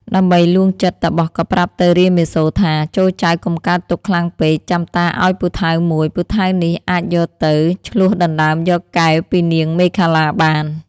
ដើម្បីលួងចិត្តតាបសក៏ប្រាប់ទៅរាមាសូរថា ចូរចៅកុំកើតទុក្ខខ្លាំងពេក ចាំតាឱ្យពូថៅមួយ ពូថៅនេះអ្នកអាចយកទៅ ឈ្លោះដណ្តើមយកកែវពីនាងមេខលាបាន។